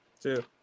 two